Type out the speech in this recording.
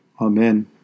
Amen